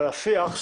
אבל השיח,